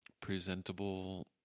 presentable